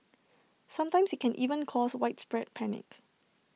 sometimes IT can even cause widespread panic